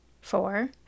four